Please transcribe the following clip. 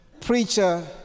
preacher